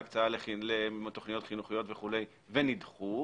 להצעה לתוכניות חינוכיות וכולי ונדחו,